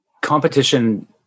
competition